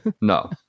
No